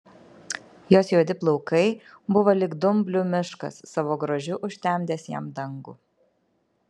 jos juodi plaukai buvo lyg dumblių miškas savo grožiu užtemdęs jam dangų